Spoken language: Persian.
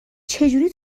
چجوری